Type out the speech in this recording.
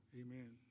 Amen